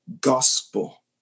gospel